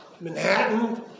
Manhattan